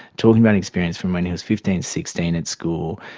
talking about experience from when he was fifteen, sixteen in school,